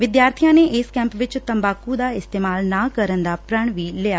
ਵਿਦਿਆਰਥੀਆਂ ਨੇ ਇਸ ਕੈਂਪ ਵਿਚ ਤੰਬਾਕੂ ਦਾ ਇਸਤੇਮਾਲ ਨਾ ਕਰਨ ਦਾ ਪ੍ਣ ਵੀ ਲਿਆ